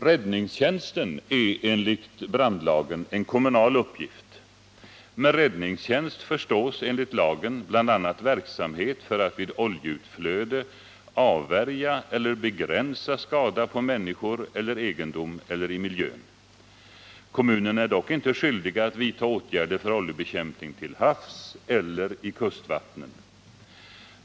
Räddningstjänsten är enligt brandlagen en kommunal uppgift. Med räddningstjänst förstås enligt lagen bl.a. verksamhet för att vid oljeutflöde avvärja eller begränsa skada på människor eller egendom eller i miljön. Kommunerna är dock inte skyldiga att vidta åtgärder för oljebekämpning till havs eller i kustvattnen.